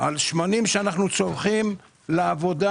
על שמנים שאנחנו צורכים לעבודה.